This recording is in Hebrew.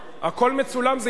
הכול מצולם, זה ייבדק.